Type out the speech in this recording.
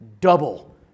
double